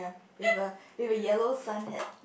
with a with a yellow sun hat